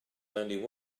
only